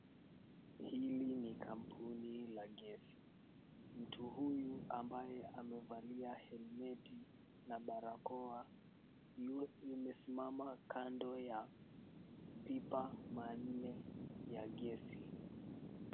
Hili ni kampuni la gesi. Mtu huyu ambaye amevalia helmeti na barakoa, amesimama kando ya mapipa manne ya gesi.